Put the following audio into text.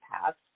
paths